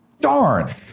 darn